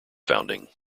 founding